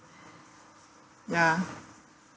ya